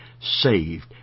saved